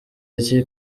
iki